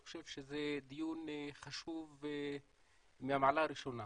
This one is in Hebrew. אני חושב שזה דיון חשוב ממעלה ראשונה.